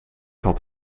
had